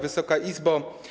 Wysoka Izbo!